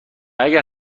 اگر